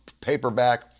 paperback